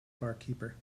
barkeeper